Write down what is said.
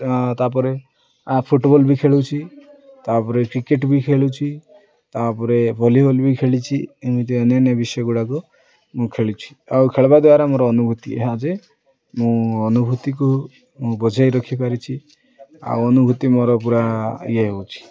ତାପରେ ଫୁଟବଲ୍ ବି ଖେଳୁଛି ତାପରେ କ୍ରିକେଟ୍ ବି ଖେଳୁଛି ତାପରେ ଭଲିବଲ୍ ବି ଖେଳିଛି ଏମିତି ଅନ୍ୟାନ୍ୟ ବିଷୟ ଗୁଡ଼ାକ ମୁଁ ଖେଳୁଛି ଆଉ ଖେଳିବା ଦ୍ୱାରା ମୋର ଅନୁଭୂତି ଏହା ଯେ ମୁଁ ଅନୁଭୂତିକୁ ମୁଁ ବଜାଇ ରଖିପାରିଛି ଆଉ ଅନୁଭୂତି ମୋର ପୁରା ଇଏ ହେଉଛି